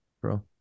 bro